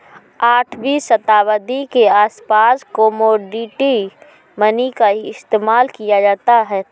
आठवीं शताब्दी के आसपास कोमोडिटी मनी का ही इस्तेमाल किया जाता था